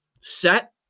set